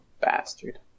bastard